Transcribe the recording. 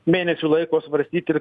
mėnesių laiko svarstyt ir